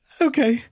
Okay